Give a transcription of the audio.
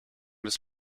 des